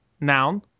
noun